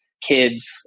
kids